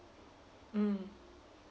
mm